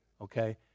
okay